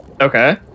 Okay